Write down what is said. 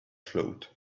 float